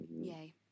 yay